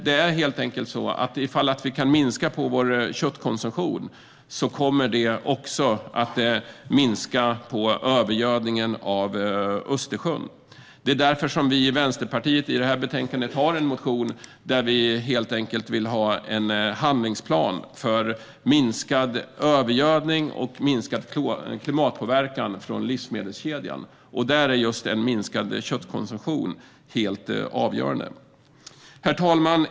Det är helt enkelt så att ifall vi kan minska vår köttkonsumtion kommer detta att minska övergödningen av Östersjön. Det är därför vi i Vänsterpartiet i betänkandet har en motion där vi vill ha en handlingsplan för minskad övergödning och minskad klimatpåverkan från livsmedelskedjan. Där är just minskad köttkonsumtion helt avgörande. Herr talman!